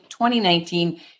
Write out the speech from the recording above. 2019